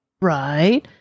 Right